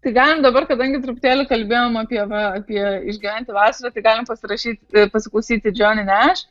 tai galim dabar kadangi truputėlį kalbėjom apie va apie išgyventi vasarą tai galim pasirašyti pasiklausyti džonį neš